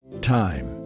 Time